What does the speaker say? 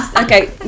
Okay